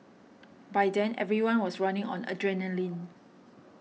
by then everyone was running on adrenaline